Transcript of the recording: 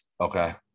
okay